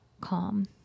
calm